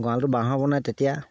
গঁৰালটো বাঁহৰ বনাই তেতিয়া